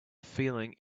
feeling